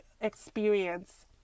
experience